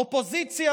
אופוזיציה